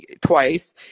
twice